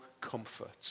comfort